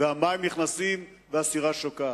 המים נכנסים והסירה שוקעת.